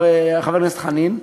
חבר הכנסת חנין,